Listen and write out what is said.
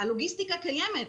הלוגיסטיקה קיימת,